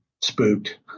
spooked